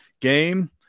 game